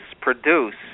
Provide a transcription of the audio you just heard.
produce